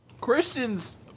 Christian's